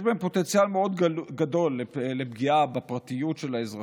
יש בהן פוטנציאל מאוד גדול לפגיעה בפרטיות של האזרחים,